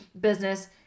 business